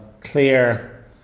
clear